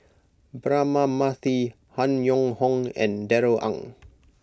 Braema Mathi Han Yong Hong and Darrell Ang